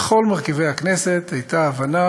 בכל מרכיבי הכנסת הייתה הבנה